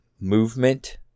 movement